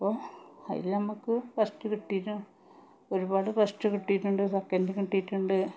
അപ്പോൾ അതിൽ നമുക്ക് ഫസ്റ്റ് കിട്ടിയതാണ് ഒരുപാട് ഫസ്റ്റ് കിട്ടിയിട്ടുണ്ട് സെക്കൻഡും കിട്ടിയിട്ടുണ്ട്